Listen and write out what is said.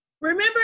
Remember